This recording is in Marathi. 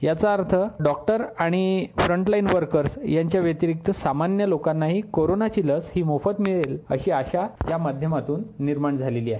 याचा अर्थ डॉक्टर आणि फ्रंटलाइन वर्कर्स यांच्यासोबत सामान्य लोकांनाही कोरोंनाची लस मोफत मिळेल ही आशा या माध्यमातून निर्माण झाली आहे